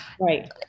right